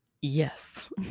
Yes